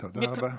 תודה רבה.